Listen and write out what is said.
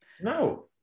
No